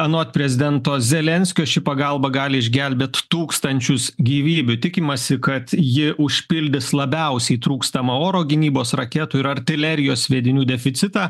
anot prezidento zelenskio ši pagalba gali išgelbėt tūkstančius gyvybių tikimasi kad ji užpildys labiausiai trūkstamą oro gynybos raketų ir artilerijos sviedinių deficitą